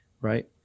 right